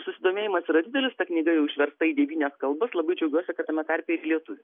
ir susidomėjimas yra didelis ta knyga jau išversta į devynias kalbas labai džiaugiuosi kad tame tarpe ir lietuvių